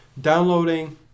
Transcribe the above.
Downloading